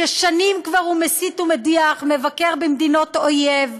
ששנים כבר הוא מסית ומדיח, מבקר במדינות אויב,